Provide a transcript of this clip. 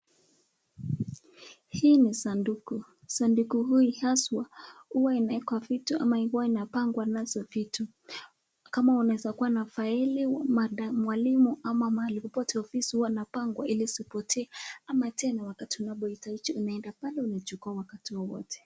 Hii ni sanduku. Sanduku hii aswa huwa inawekwa vitu au inapagwa nazo vitu. Kama unaweza kuwa na faili, mad... mwalimu ama popote afisi unaweza pagwa ili hisipotee ama saa zile unahitaji unaenda pale kuchukua wakati wowote.